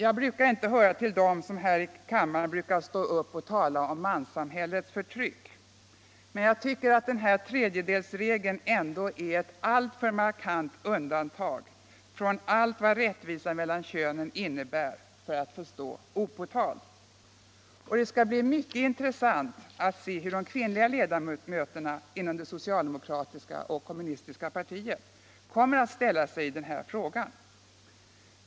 Jag brukar inte höra till dem som här i kammaren står upp och talar om manssamhällets förtryck, men jag tycker att den här tredjedelsregeln ändå är ett alltför markant undantag från allt vad rättvisa mellan könen innebär för att stå opåtalad. Det skall bli mycket intressant att se hur de kvinnliga ledamöterna inom de socialdemokratiska och kommunistiska partierna kommer att ställa sig i den här frågan.